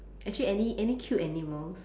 actually any any cute animals